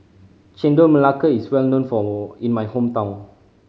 Chendol Melaka is well known for in my hometown